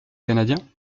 canadien